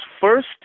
first